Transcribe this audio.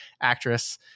actress